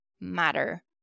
matter